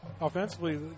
Offensively